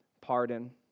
pardon